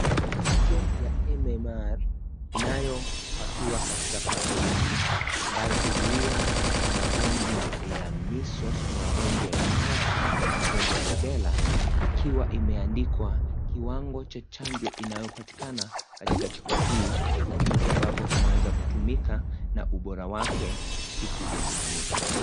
Chanjo ya MMR inayopakiwa katika pakiti ambayo huzuia magonjwa ya measles , magonjwa ya mumps , na magonjwa ya rubella . Ikiwa imeandikwa kiwango cha chanjo inayopatikana katika chupa hii, na jinsi ambavyo inaweza kutumika na ubora wake na siku ya kutumika.